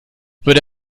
würde